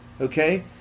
Okay